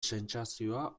sentsazioa